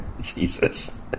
Jesus